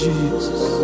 Jesus